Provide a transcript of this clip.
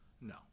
No